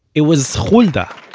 it was hulda,